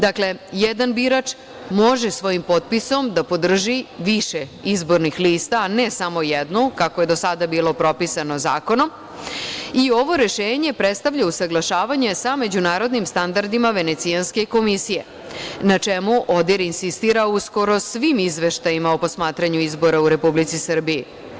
Dakle, jedan birač može svojim potpisom da podrži više izbornih lista, a ne samo jednu, kako je do sada bilo propisano zakonom i ovo rešenje predstavlja usaglašavanje sa međunarodnim standardima Venecijanske komisije, na čemu ODIR insistira u skoro svim izveštajima o posmatranju izbora u Republici Srbiji.